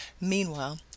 Meanwhile